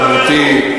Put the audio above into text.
התרבותי.